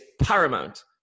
paramount